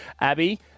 Abby